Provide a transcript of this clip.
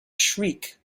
shriek